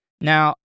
Now